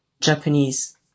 Japanese